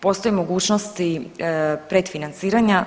Postoji mogućnost predfinanciranja.